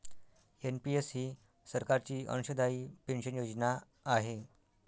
NPS ही सरकारची अंशदायी पेन्शन योजना आहे